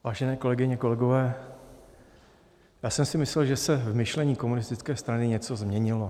Vážené kolegyně, kolegové, já jsem si myslel, že se v myšlení Komunistické strany něco změnilo.